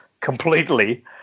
completely